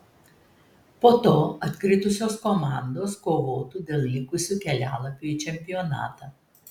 po to atkritusios komandos kovotų dėl likusių kelialapių į čempionatą